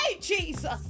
Jesus